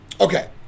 Okay